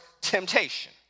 temptation